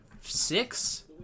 six